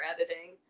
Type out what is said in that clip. editing